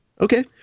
okay